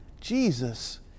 Jesus